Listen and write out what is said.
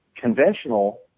conventional